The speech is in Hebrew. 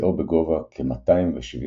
ששיאו בגובה כ-270